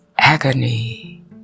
Agony